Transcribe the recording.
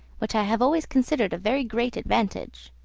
which i have always considered a very great advantage.